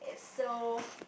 it so